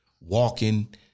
walking